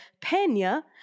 Pena